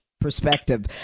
perspective